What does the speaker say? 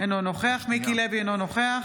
אינו נוכח מיקי לוי, אינו נוכח